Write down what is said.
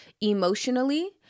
emotionally